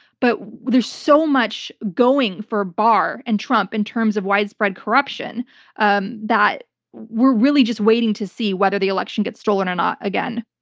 but there's so much going for barr and trump in terms of widespread corruption um that we're really just waiting to see whether the election gets stolen or not again.